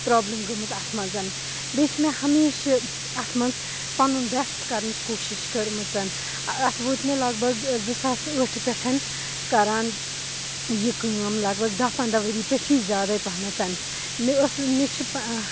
problem گٔمٕژ اَتھ منٛز بیٚیہِ چھِ مےٚ ہمیشہٕ اَتھ منٛز پَنُن بیسٹ کَرنٕچ کوٗشِش کٔرمٕژَن اَتھ ووت مےٚ لگ بگ زٕ ساس ٲٹھ پٮ۪ٹھ کَران یہِ کٲم لَگ بَگ دَہ پَنٛداہ ؤری پٮ۪ٹھٕے زیادَے پَہنَتَن مےٚ ٲسٕس مےٚ چھِ